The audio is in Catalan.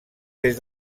des